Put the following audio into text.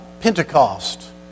Pentecost